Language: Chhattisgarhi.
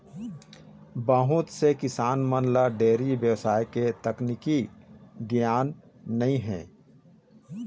बहुत से किसान मन ल डेयरी बेवसाय के तकनीकी गियान नइ हे